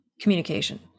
communication